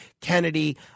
Kennedy